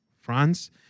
France